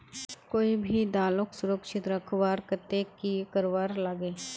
कोई भी दालोक सुरक्षित रखवार केते की करवार लगे?